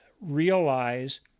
realize